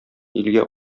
илгә